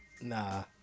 Nah